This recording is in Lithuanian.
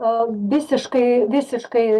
o visiškai visiškai